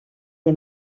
est